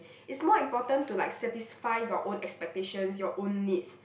it's more important to like satisfy your own expectations your own needs